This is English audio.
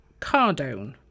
cardone